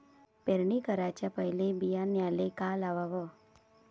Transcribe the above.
पेरणी कराच्या पयले बियान्याले का लावाव?